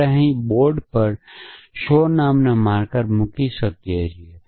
આપણે અહીં બોર્ડ પર શો નામના માર્કર મૂકીને કરી શકીએ છીએ